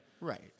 Right